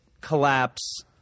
collapse